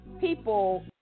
people